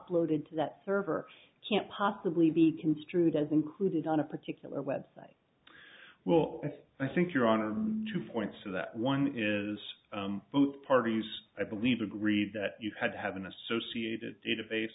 ploaded to that server can possibly be construed as included on a particular web site well i think you're on a two point so that one is both parties i believe agreed that you had to have an associated database